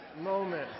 moment